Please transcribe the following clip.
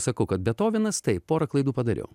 sakau kad betovenas taip porą klaidų padariau